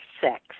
sex